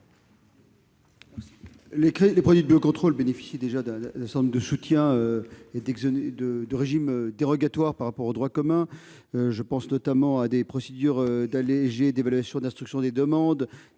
Les produits de biocontrôle bénéficient déjà de soutiens et de régimes dérogatoires par rapport au droit commun. Je pense notamment aux procédures accélérées d'évaluation et d'instruction des demandes,